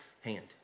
hand